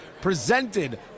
presented